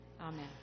Amen